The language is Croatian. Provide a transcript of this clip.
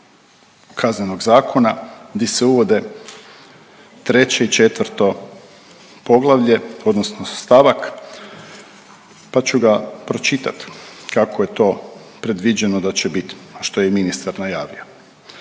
Kaznenog zakona di se uvode treće i četvrto poglavlje odnosno stavak pa ću ga pročitat kako je to predviđeno da će biti, a što je i ministar najavio.